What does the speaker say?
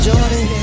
Jordan